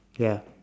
ya